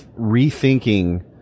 rethinking